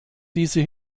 diese